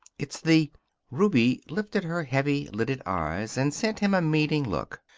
it's the ruby lifted her heavy-lidded eyes and sent him a meaning look.